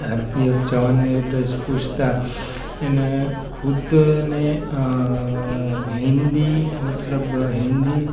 RPF જવાનને address પૂછતાં એને ખુદને હિન્દી મતલબ હિન્દી